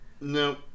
No